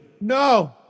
No